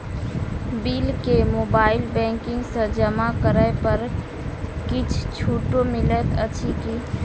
Bill केँ mobile banking सँ जमा करै पर किछ छुटो मिलैत अछि की?